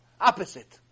Opposite